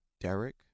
Derek